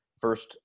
first